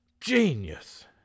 Genius